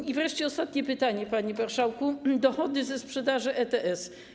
I wreszcie ostatnie pytanie, panie marszałku - dochody ze sprzedaży ETS.